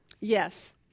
Yes